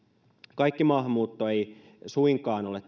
kaikki maahanmuutto ei suinkaan ole